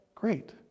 great